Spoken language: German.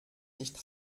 nicht